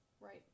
Right